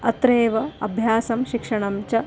अत्रैव अभ्यासं शिक्षणं च